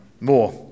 more